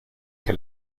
que